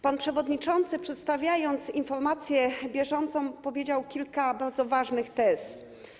Pan przewodniczący, przedstawiając informację bieżącą, powiedział kilka bardzo ważnych tez.